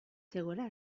zegoela